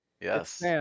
Yes